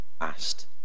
asked